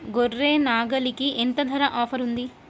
గొర్రె, నాగలికి ఎంత ధర ఆఫర్ ఉంది?